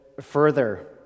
further